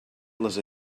les